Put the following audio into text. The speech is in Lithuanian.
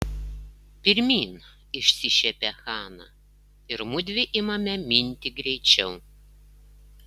pirmyn išsišiepia hana ir mudvi imame minti greičiau